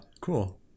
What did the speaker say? cool